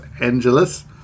Angeles